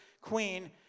queen